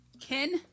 Ken